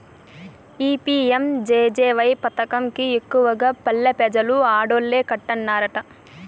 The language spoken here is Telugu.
ఈ పి.యం.జె.జె.వై పదకం కి ఎక్కువగా పల్లె పెజలు ఆడోల్లే కట్టన్నారట